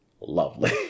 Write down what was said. lovely